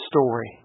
story